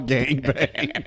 Gangbang